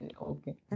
Okay